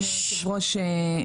אדוני היושב-ראש,